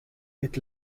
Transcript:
est